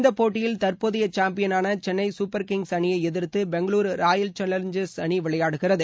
இந்த போட்டியில் தற்போதைய சாம்பியனான சென்னை சூப்பர் கிங்ஸ் அணியை எதிர்த்து பெங்களுரு ராயல் சேலஞ்சர்ஸ் அணி விளையாடுகிறது